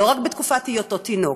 לא רק בתקופת היותו תינוק.